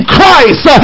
Christ